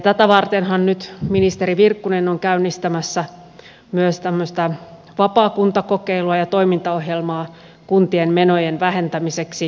tätä vartenhan nyt ministeri virkkunen on käynnistämässä myös tämmöistä vapaakuntakokeilua ja toimintaohjelmaa kuntien menojen vähentämiseksi